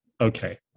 Okay